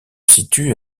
situe